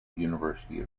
university